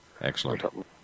Excellent